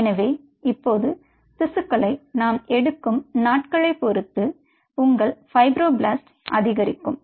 எனவே இப்போது திசுக்களை நாம்எடுக்கும் நாட்களைப் பொருத்து உங்கள் ஃபைப்ரோபிளாஸ்ட் அதிகரிக்கும்